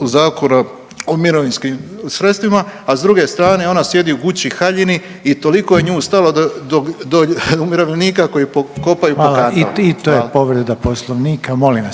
Zakona o mirovinskim sredstvima, a s druge strane ona sjedi Gucci haljini i toliko je nju stalo do, do, do umirovljenika koji kopaju po kantama. **Reiner, Željko